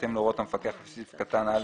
בהתאם להוראת המפקח לפי סעיף קטן (א)(1)